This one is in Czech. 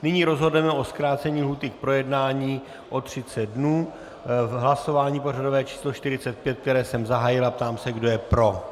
Nyní rozhodneme o zkrácení lhůty k projednání o 30 dnů v hlasování pořadové číslo 45, které jsem zahájil, a ptám se, kdo je pro.